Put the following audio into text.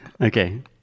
Okay